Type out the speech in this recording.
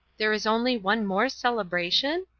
there is only one more celebration?